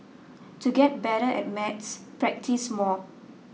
to get better at maths practise more